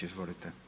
Izvolite.